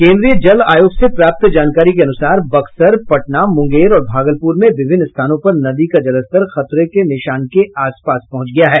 केन्द्रीय जल आयोग से प्राप्त जानकारी के अनुसार बक्सर पटना मुंगेर और भागलपुर में विभिन्न स्थानों पर नदी का जलस्तर खतरे के निशान के आसपास पहुंच गया है